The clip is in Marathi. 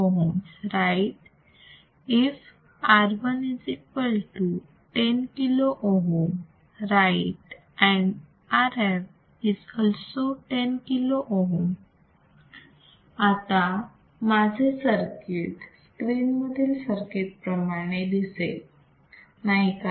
If RI10 kilo ohms right and Rf is also 10 kilo ohms आता माझे सर्किट स्क्रीन मधील सर्किट प्रमाणे दिसेल नाही का